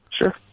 Sure